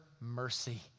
mercy